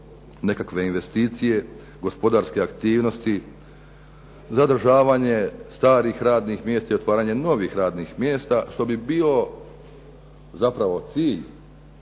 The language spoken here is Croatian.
nekakve investicije, gospodarske aktivnosti, zadržavanje starih radnih mjesta i otvaranje novih radnih mjesta, što bi bio zapravo cilj